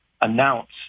announce